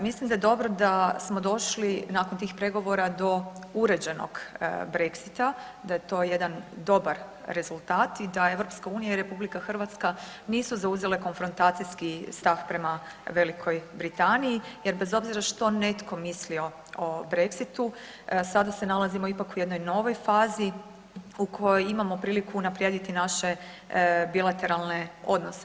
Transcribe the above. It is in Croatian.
Mislim da je dobro da smo došli nakon tih pregovora do uređenog brexita, da je to jedan dobar rezultat i da EU i RH nisu zauzele konfrontacijski stav prema Velikoj Britaniji jer bez obzira što netko mislio o brexitu sada se nalazimo ipak u jednoj novoj fazi u kojoj imamo priliku unaprijediti naše bilateralne odnose.